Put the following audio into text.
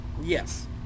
Yes